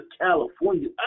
California